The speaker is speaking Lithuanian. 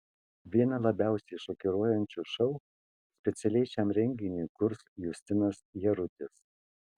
vieną labiausiai šokiruojančių šou specialiai šiam renginiui kurs justinas jarutis